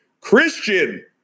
Christian